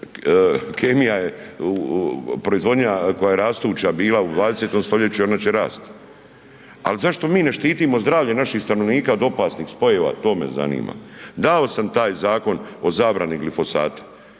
Kemija je proizvodnja koja rastuća bila u 20. stoljeću i ona će rasti, ali zašto mi ne štitimo zdravlje naših stanovnika od opasnih spojeva to me zanima. Dao sam taj zakon o zabrani glifosata